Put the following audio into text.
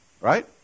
Right